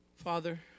Father